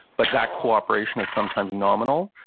but that cooperation is sometimes nominal,